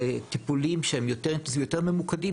לטיפולים שהם יותר ממוקדים,